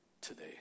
today